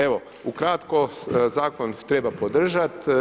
Evo, ukratko, zakon treba podržati.